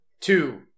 two